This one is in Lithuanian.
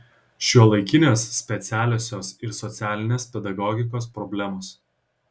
šiuolaikinės specialiosios ir socialinės pedagogikos problemos